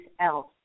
else